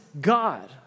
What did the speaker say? God